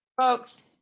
folks